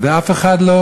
ואף אחד לא